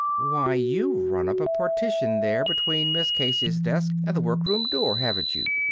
why, you've run up a partition there between miss casey's desk and the workroom door, haven't you?